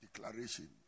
declaration